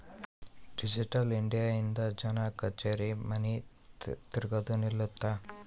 digital India ಇಂದ ಜನ ಕಛೇರಿ ಮನಿ ತಿರ್ಗದು ನಿಲ್ಲುತ್ತ